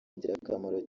ingirakamaro